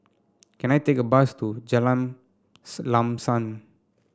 can I take a bus to Jalan Lam Sam